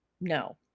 No